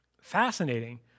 fascinating